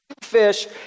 fish